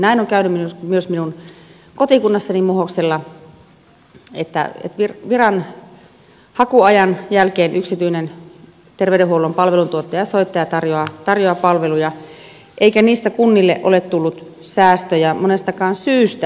näin on käynyt myös minun kotikunnassani muhoksella että viran hakuajan jälkeen yksityinen terveydenhuollon palveluntuottaja soittaa ja tarjoaa palveluja eikä niistä kunnille ole tullut säästöjä monestakaan syystä